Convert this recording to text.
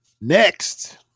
Next